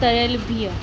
तरियल बिहु